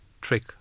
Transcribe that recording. trick